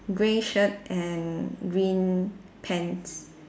grey shirt and green pants